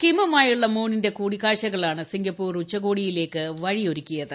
കിമ്മുമായുള്ള മൂണിന്റെ കൂടിക്കാഴ്ചകളാണ് സിംഗപ്പൂർ ഉച്ചകോടിയ്ക്ക് വഴിയൊരുക്കിയത്